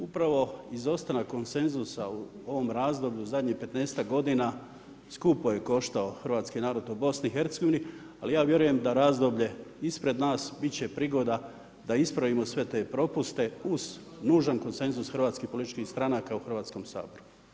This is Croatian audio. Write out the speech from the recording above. Upravo izostanak konsenzusa u ovom razdoblju u zadnjih petnaestak godina skupo je koštao hrvatski narod u BiH, ali ja vjerujem da razdoblje ispred nas bit će prigoda da ispravimo sve te propuste uz nužan konsenzus hrvatskih političkih stranaka u Hrvatskom saboru.